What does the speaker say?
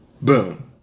Boom